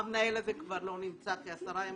המנהל הזה כבר לא נמצא כעשרה ימים.